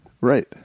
Right